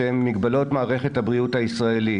שהם מגבלות מערכת הבריאות הישראלית.